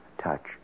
touch